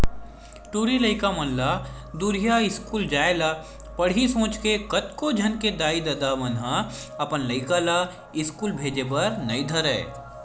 टूरी लइका मन ला दूरिहा इस्कूल जाय ल पड़ही सोच के कतको झन के दाई ददा मन ह अपन लइका ला इस्कूल भेजे बर नइ धरय